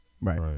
Right